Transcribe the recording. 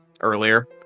earlier